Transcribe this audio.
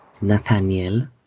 Nathaniel